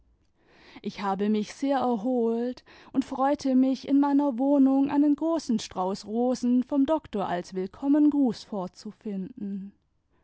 ich habe mich sehr erholt und freute mich in meiner wohnung einen großen strauß rosen vom doktor als willkommengruß vorzufinden